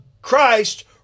Christ